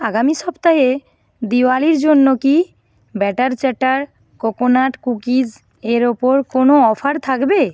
আগামী সপ্তাহে দিওয়ালীর জন্য কি ব্যাটার চ্যাটার কোকোনাট কুকিজ এর উপর কোনও অফার থাকবে